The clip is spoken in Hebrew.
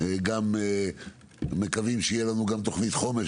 גם מקווים שתהיה לנו תכנית חומש,